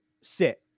sit